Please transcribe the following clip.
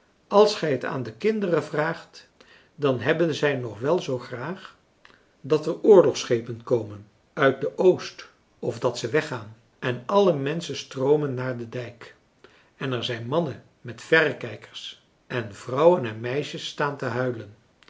als gij het aan de kinderen vraagt dan hebben zij nog wel zoo graag dat er oorlogschepen komen uit de oost of dat ze weggaan en alle menschen stroomen naar den dijk en er zijn mannen met verrekijkers en vrouwen en meisjes staan te huilen